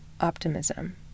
optimism